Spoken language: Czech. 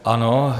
Ano.